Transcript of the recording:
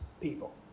people